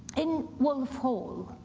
in wolf hall,